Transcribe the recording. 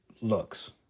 looks